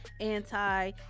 anti